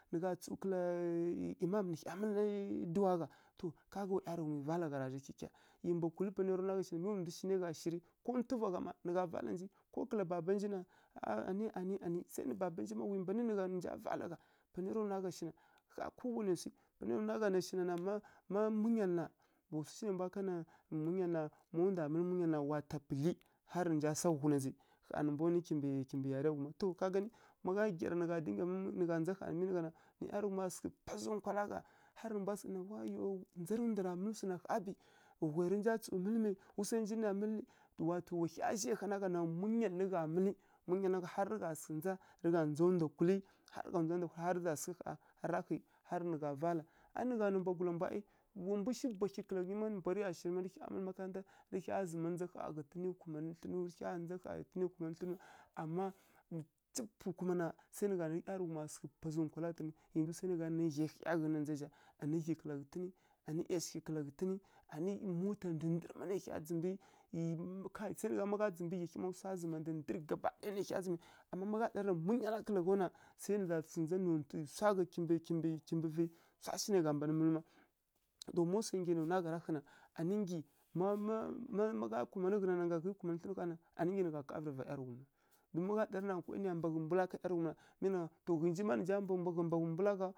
Nǝ gha tsǝw kǝla imam nǝ hya mǝlǝ dǝwa gha, to ka ga wa ˈyarǝghumi vala ghuma kyikya. ˈYi mbwa kukulǝ panai ya ra nwa gha shina mi wa ndu shi nai gha shirǝ ko ntuva gha, nǝ gha vala ghǝnji ko kǝla baba nji baba nji ma wanǝ mbanǝ nwaira ghǝnji nǝ nja vala gha, panai ya ra nwa gha shina ƙh kowanai swi, panai ya ra nwa gha shina na ma munyalǝ na, wa swu shi nai mbwa kanǝ munyalǝ, má ndwa mǝlǝ munyalǝ na wa ta pudlyi harǝ nǝ nja sa ghuna zǝ ƙha nǝ mbwa nwi kimbǝ kimbǝ yariya ghuma. To ka gani, ma gha gyara nǝ gha ndza ƙha mi nǝ gha na nǝ ˈyarǝghuma sǝghǝ pazǝ nkwala gha harǝ nǝ mbwa sǝghǝ ɗana wayau ndzarǝ ndwana mǝlǝ swana ƙha pǝ́ ghwai rǝ nja mǝlǝ mai wu swai njin na tsǝw mǝlǝ rǝ wa to wa hya zhai hana ká gha na munyalǝ rǝ gha mǝlǝ munyalǝ rǝ gha harǝ gha sǝhǝ ndza rǝ gha ndzaw ndwa kulǝ harǝ ra gha sǝghǝ kha harǝ nǝ gha vala, a ˈyi ma gha nǝ mbwagulǝ mbwi ˈyi ma gha nǝ mbwagula mbǝ aˈi wa ndwi shi bwahyi kǝla ghǝtǝn aˈi narǝ hya mǝlǝ makaranta rǝ hya zǝma ndza kha ghǝtǝnǝ kumanǝ thlǝnǝw rǝ hya ndza ƙha ghǝtǝnǝ kumanǝ thlǝnǝw, ama pughǝi kuma na nǝ gha nǝ ˈyarǝghuma sǝghǝ pazǝ nkwala ghǝtǝn, yandzǝw sai nǝ gha nǝ ghyai hya ghǝn na ndza zǝ zha, anǝ ghyi kǝla ghǝtǝnǝ anǝ ˈyashighǝ kǝla ghǝtǝnǝ, anǝ ˈyi mota ndǝndǝrǝ mma nai hya zdǝmbǝ kai ma gha ndzǝmbǝ ghya hyi ma swa zǝma ndǝndǝrǝ gaba ɗaya nai hya zǝmǝ. Ama ma gha ɗarǝ na munyala kǝla ghaw na sai nǝ ghaza ndza nontǝ swa gha kimbǝ kimbǝ vǝ swa shi nai gha mban mǝlǝw ma ma swai nggyi ya nǝya nwa gha ra hǝna anǝ nggyi ma ma ma gha, kumanǝ ghǝnananga ghǝi kumanǝ thlǝnǝw na anǝ nggyi nǝ gha kavǝ rǝ va ˈyarǝghum ma. Don ma gha ɗarǝ na nkwai nǝya mbaghǝ mbula ká ˈyarǝghum na ghǝnji ma nǝ nja mbaghǝ mbula gha.